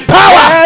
power